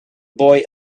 boy